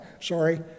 sorry